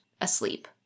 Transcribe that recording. asleep